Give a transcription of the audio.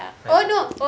yes